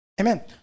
Amen